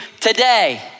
today